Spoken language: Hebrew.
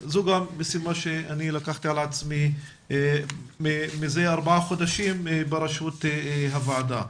זו גם משימה שאני לקחתי על עצמי מזה ארבעה חודשים בראשות הוועדה.